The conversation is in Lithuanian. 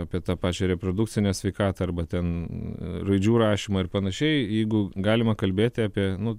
apie tą pačią reprodukcinę sveikatą arba ten raidžių rašymą ir panašiai jeigu galima kalbėti apie nu